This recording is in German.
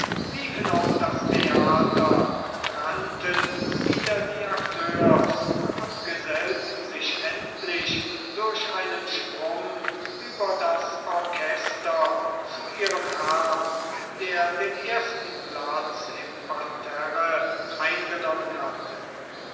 liefen auf das theater rannten wider die akteurs und gesellten sich endlich durch einen sprung über das orchester zu ihrem herrn der den ersten platz im parterre eingenommen hatte